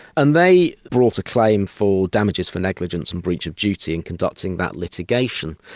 and they brought a claim for damages for negligence and breach of duty in conducting that litigation.